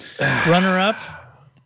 Runner-up